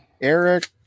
Eric